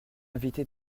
invité